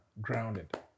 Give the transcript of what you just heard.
grounded